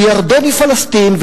כי ירדן היא פלסטין,